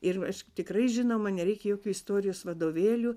ir aš tikrai žinoma nereikia jokių istorijos vadovėlių